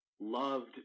loved